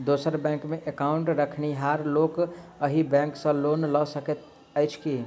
दोसर बैंकमे एकाउन्ट रखनिहार लोक अहि बैंक सँ लोन लऽ सकैत अछि की?